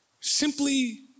simply